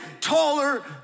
taller